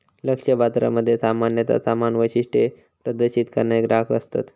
लक्ष्य बाजारामध्ये सामान्यता समान वैशिष्ट्ये प्रदर्शित करणारे ग्राहक असतत